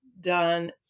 done